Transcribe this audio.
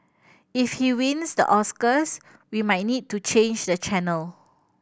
if he wins the Oscars we might need to change the channel